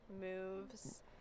moves